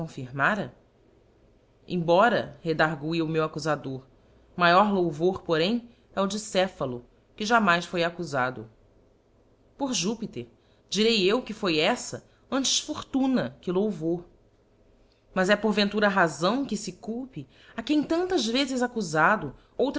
confirmara embora redargue o meu accufador maior louvor porém é o de cephalo que jamais foi accufado por júpiter direi eu que foi eíta antes fortuna que louvor mas é porventura razão que fe culpe a quem tantas vezes accufado